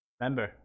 Remember